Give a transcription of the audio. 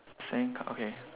sandca~ okay